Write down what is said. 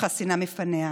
שחסינה מפניה.